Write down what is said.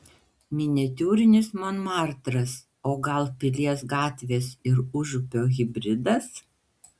miniatiūrinis monmartras o gal pilies gatvės ir užupio hibridas